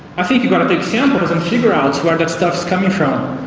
i think you've got to take samples and figure out where that stuff's coming from.